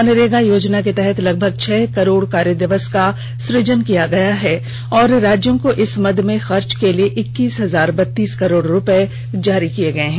मनरेगा योजना के तहत लगभग छह करोड़ कार्य दिवस का सुजन किया गया है और राज्यों को इस मद में खर्च के लिए इक्कीस हजार बत्तीस करोड़ रूपये जारी किये गये हैं